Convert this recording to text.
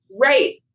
Right